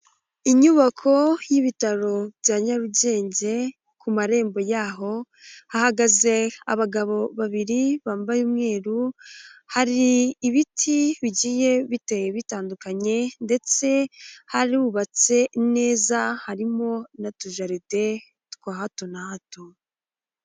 Inyubako y'ibitaro bya Nyarugenge ku marembo yaho hahagaze abagabo babiri bambaye umweru, hari ibiti bigiye biteye bitandukanye ndetse harubatse neza harimo n'utujaride twa hato na hato.